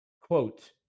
quote